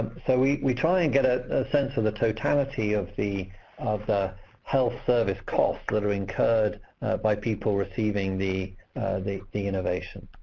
so we we try and get a sense of the totality of the of the health service costs that are incurred by people receiving the the innovation.